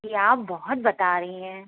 ये आप बहुत बता रही हैं